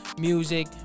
music